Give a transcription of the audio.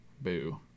Boo